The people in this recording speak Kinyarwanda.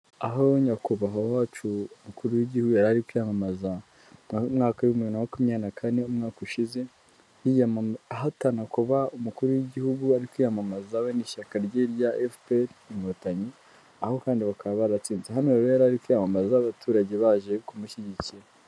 Aho nyakubahwa wacu umukuru w'igihugu yari ari kwiyamamaza, mu umwaka w'ibihumbi bibiri na makumyabiri na kane umwaka ushize, ahatana kuba umukuru w'igihugu, bari kwiyamamaza we n'ishyaka rye rya FPR inkotanyi, aho kandi bakaba baratsinze, hano rero yari ari kwiyamamaza, abaturage baje kumushyigikira.